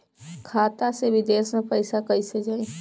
खाता से विदेश मे पैसा कईसे जाई?